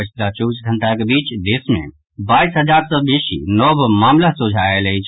पछिला चौबीस घंटाक बीच देश मे बाईस हजार सँ बेसी नव मामिला सोझा आयल अछि